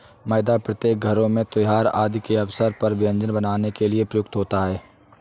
मैदा प्रत्येक घरों में त्योहार आदि के अवसर पर व्यंजन बनाने के लिए प्रयुक्त होता है